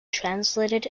translated